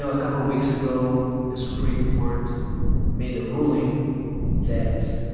so a couple of weeks ago, the supreme court made a ruling that